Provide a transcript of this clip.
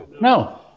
No